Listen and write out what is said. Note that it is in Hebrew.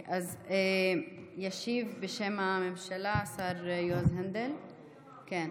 אז ישיב בשם הממשלה השר יועז הנדל, בבקשה.